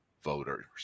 voters